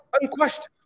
unquestioned